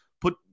put